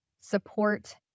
support